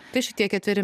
tai šitie ketveri